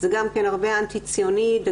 אלא זה גם הרבה אנטי ציוני.